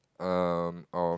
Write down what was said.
um of